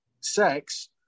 sex